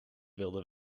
wilde